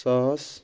ساس